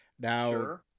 Now